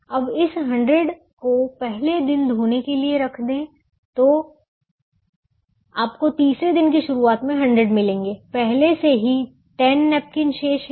अब इस 100 को पहले दिन धोने के लिए रख दें तो आपको तीसरे दिन की शुरुआत में 100 मिलेंगे पहले से ही नए 10 नैपकिन शेष हैं